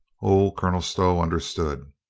oh. colonel stow understood.